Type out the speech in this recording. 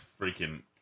freaking